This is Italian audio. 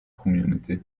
community